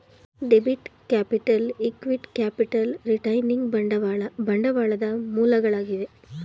debit capital, equity capital, retaining ಬಂಡವಾಳ ಬಂಡವಾಳದ ಮೂಲಗಳಾಗಿವೆ